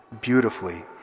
beautifully